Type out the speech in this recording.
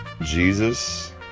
Jesus